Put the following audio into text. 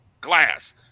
Glass